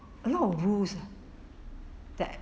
a lot of rules that